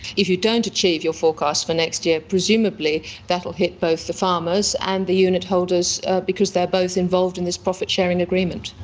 if you don't achieve your forecast for next year, presumably that will hit both the farmers and the unit holders because they are both involved in this profit-sharing agreement.